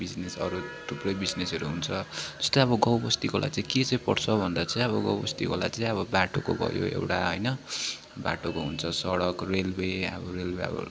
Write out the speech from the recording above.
बिजनेसहरू अब थुप्रै बिजनेसहरू हुन्छ जस्तै अब गाउँबस्तीकोलाई चाहिँ के चाहिँ पर्छ भन्दा चाहिँ अब गाउँबस्तीकोलाई चाहिँ अब बाटोको भयो एउटा होइन बाटोको हुन्छ सडक रेलवे अब रेलवे अब